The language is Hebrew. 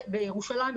ירושלים,